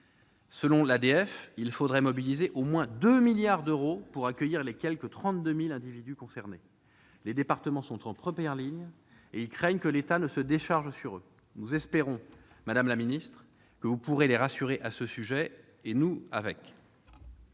France (ADF), il faudrait mobiliser au moins 2 milliards d'euros pour accueillir les quelque 32 000 individus concernés. Les départements sont en première ligne et ils craignent que l'État ne se décharge sur eux. Nous espérons, madame la secrétaire d'État, que vous pourrez les rassurer à ce sujet, et nous avec.